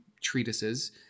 treatises